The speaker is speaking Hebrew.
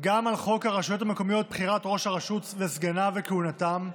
גם על חוק הרשויות המקומיות (בחירת ראש הרשות וסגניו וכהונתם),